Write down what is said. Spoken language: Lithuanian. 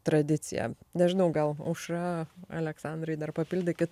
tradiciją nežinau gal aušra aleksandrai dar papildykit